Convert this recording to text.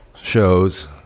shows